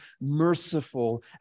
merciful